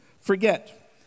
Forget